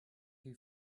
who